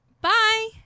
Bye